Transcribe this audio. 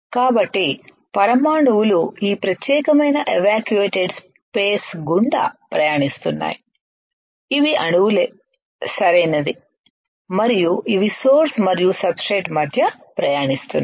కాబట్టి పరమాణువులు ఈ ప్రత్యేకమైన ఎవాక్యూఏటేడ్ స్పేస్ గుండా ప్రయాణిస్తున్నాయి ఇవి అణువులే సరైనవి మరియు ఇవి సోర్స్ మరియు సబ్ స్ట్రేట్ మధ్య ప్రయాణిస్తున్నాయి